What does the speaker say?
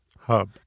Hub